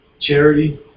charity